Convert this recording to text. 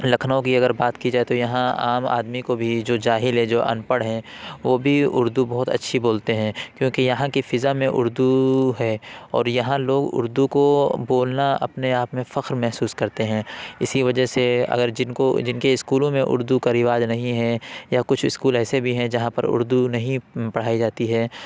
لکھنؤ کی اگر بات کی جائے تو یہاں عام آدمی کو بھی جو جاہل ہے جو ان پڑھ ہیں وہ بھی اردو بہت اچھی بولتے ہیں کیوںکہ یہاں کی فضا میں اردو ہے اور یہاں لوگ اردو کو بولنا اپنے آپ میں فخر محسوس کرتے ہیں اسی وجہ سے اگر جن کو جن کے اسکولوں میں اردو کا رواج نہیں ہے یا کچھ اسکول ایسے بھی ہیں جہاں پر اردو نہیں پڑھائی جاتی ہے